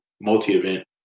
multi-event